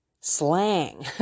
slang